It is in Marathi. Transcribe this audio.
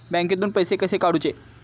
बँकेतून पैसे कसे काढूचे?